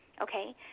Okay